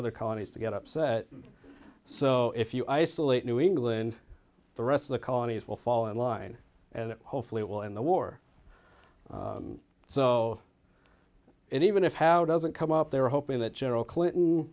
other colonies to get upset so if you isolate new england the rest of the colonies will fall in line and hopefully it will end the war so even if how doesn't come up they're hoping that general clinton